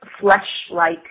flesh-like